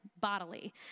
bodily